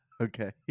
Okay